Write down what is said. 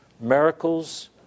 miracles